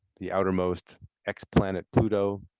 the outer most x planet pluto,